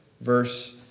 verse